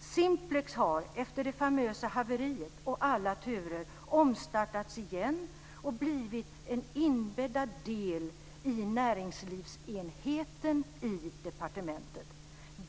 Simplex har efter det famösa haveriet och alla turer omstartats igen och blivit en inbäddad del i näringslivsenheten i departementet.